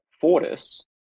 Fortis